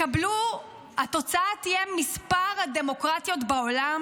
התוצאה תהיה מספר הדמוקרטיות בעולם